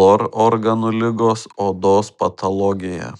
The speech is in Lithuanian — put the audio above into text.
lor organų ligos odos patologija